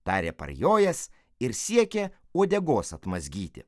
tarė parjojęs ir siekė uodegos atmazgyti